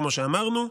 כמו שאמרנו,